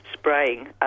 spraying